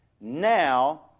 now